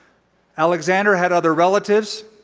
alexander had other relatives,